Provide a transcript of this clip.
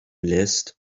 list